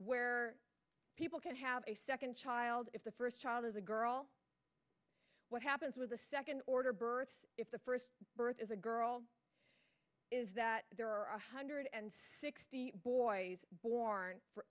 where people can have a second child if the first child is a girl what happens with the second order birth if the first birth is a girl is that there are a hundred and sixty boys born